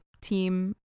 team